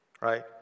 right